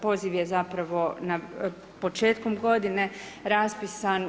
Poziv je zapravo početkom godine raspisan.